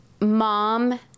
mom